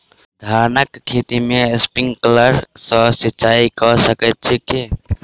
धानक खेत मे स्प्रिंकलर सँ सिंचाईं कऽ सकैत छी की?